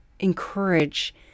encourage